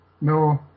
no